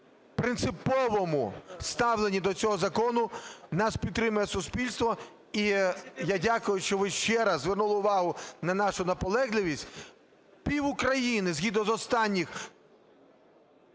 принциповому ставленні до цього закону нас підтримує суспільство. І я дякую, що ви ще раз звернули увагу на нашу наполегливість, пів-України згідно з останніх…